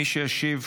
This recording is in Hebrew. מי שישיב,